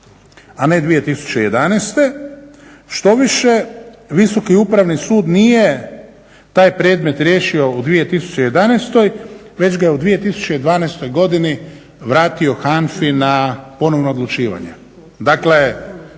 a ne 2011. Štoviše Visoki upravni sud nije taj predmet riješio u 2011. već ga je u 2012. godini vratio HANFA-i na ponovno odlučivanje. Dakle,